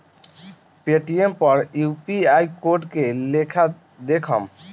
Paytm पर UPI code के लेखा देखम?